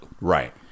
Right